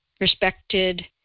respected